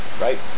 right